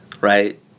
right